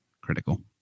critical